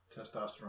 testosterone